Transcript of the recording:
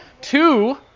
Two